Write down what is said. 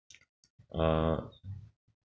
err